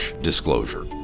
Disclosure